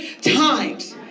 times